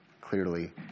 clearly